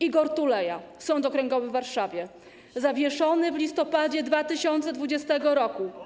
Igor Tuleja, Sąd Okręgowy w Warszawie - zawieszony w listopadzie 2020 r.